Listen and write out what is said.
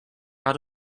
out